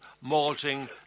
malting